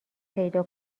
پیدا